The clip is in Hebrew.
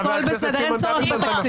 הכול בסדר, אין צורך בתקציב.